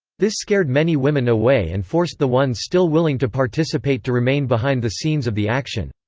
this scared many women away and forced the ones still willing to participate to remain behind the scenes of the action.